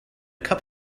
cup